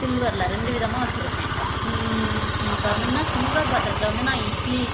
சில்வரில் ரெண்டு விதமாக வச்சுருக்கேன் இப்போ வந்திங்கன்னா சில்வர் பாத்திரத்துல வந்து நான் இட்லி